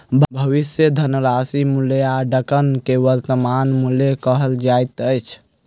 भविष्यक धनराशिक मूल्याङकन के वर्त्तमान मूल्य कहल जाइत अछि